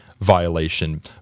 violation